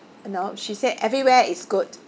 you know she said everywhere is good